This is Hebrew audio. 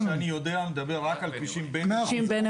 אני מדבר רק על כבישים בין-עירוניים.